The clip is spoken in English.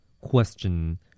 Question